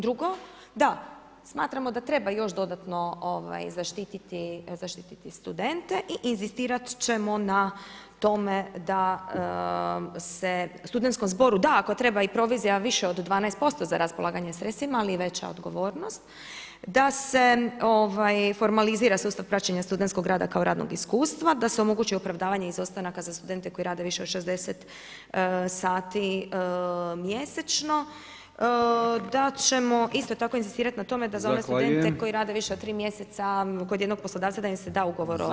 Drugo, da, smatramo da treba još dodatno zaštitit studente i inzistirat ćemo na tome da se studentskom zboru da, ako treba i provizija više od 12% za raspolaganje sredstvima, ali i veća odgovornost, da se formalizira sustav praćenja stud.rada kao radnog iskustva, da se omogući opravdavanje izostanaka za studente koji rade više od 60 sati mjesečno, da ćemo isto tako inzistirat na tome da oni studenti koji rade više od 3 mjeseca kod jednog poslodavaca da im se da ugovor o radu.